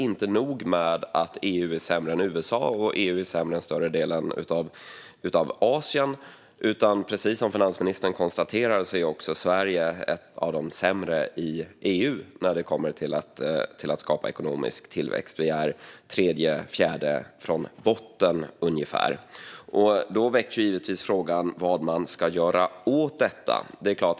Inte nog med att EU är sämre än USA och större delen av Asien, utan precis som finansministern konstaterade är Sverige ett av de sämre länderna i EU när det gäller att skapa ekonomisk tillväxt. Sverige ligger på plats tre eller fyra från botten. Då väcks givetvis frågan vad man ska göra åt detta.